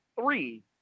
three